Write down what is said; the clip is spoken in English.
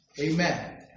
Amen